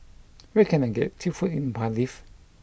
where can I get cheap food in Cardiff